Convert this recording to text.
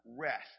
rest